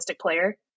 player